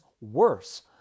worse